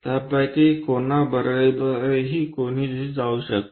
त्यापैकी कोणाबरोबरही कोणीही जाऊ शकते